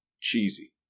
cheesy